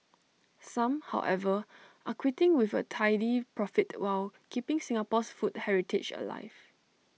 some however are quitting with A tidy profit while keeping Singapore's food heritage alive